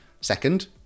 second